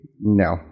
No